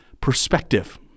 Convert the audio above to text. perspective